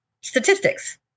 statistics